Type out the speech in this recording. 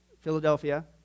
Philadelphia